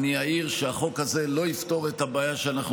אעיר שהחוק הזה לא יפתור את הבעיה שאנחנו